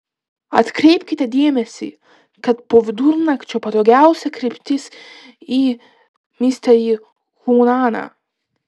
atkreipkite dėmesį kad po vidurnakčio patogiausia kreiptis į misterį chuaną